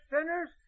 sinners